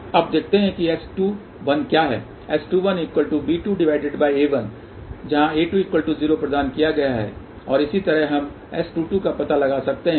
अब देखते हैं कि S21 क्या है S21b2a1 जहाँ a20 प्रदान किया गया और इसी तरह हम S22 का पता लगा सकते हैं